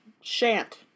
shan't